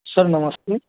sir नमस्ते